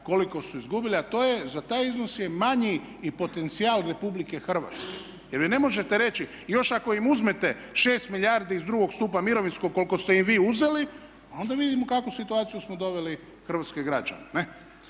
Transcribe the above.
koliko su izgubili, a to je, za taj iznos je manji i potencijal Republike Hrvatske. Jer vi ne možete reći još ako im uzmete 6 milijardi iz drugog stupa mirovinskog koliko ste im vi uzeli, onda vidimo u kakvu situaciju smo doveli hrvatske građane.